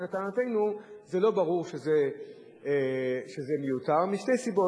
לטענתנו, לא ברור שזה מיותר, משתי סיבות.